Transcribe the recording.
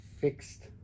fixed